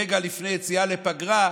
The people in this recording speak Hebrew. רגע לפני יציאה לפגרה,